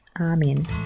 Amen